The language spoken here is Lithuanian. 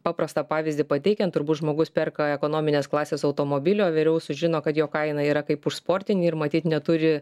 paprastą pavyzdį pateikiant turbūt žmogus perka ekonominės klasės automobilį o vėliau sužino kad jo kaina yra kaip už sportinį ir matyt neturi